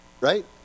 right